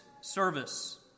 service